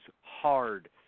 hard